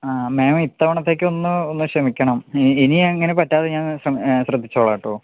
ആ മാം ഇത്തവണത്തേക്കൊന്ന് ഒന്ന് ക്ഷമിക്കണം ഇനി അങ്ങനെ പറ്റാതെ ഞാൻ സം ശ്രദ്ധിച്ചോളാം കേട്ടോ